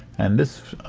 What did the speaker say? and this